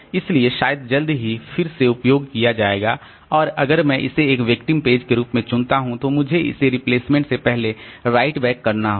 इसलिए शायद जल्द ही फिर से उपयोग किया जाएगा और अगर मैं इसे एक विक्टिम पेज के रूप में चुनता हूं तो मुझे इसे रिप्लेसमेंट से पहले राइट बैक करना होगा